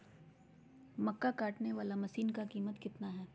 मक्का कटने बाला मसीन का कीमत कितना है?